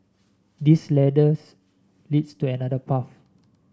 this ladders leads to another path